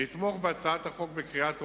לתמוך בהצעת החוק בקריאה טרומית,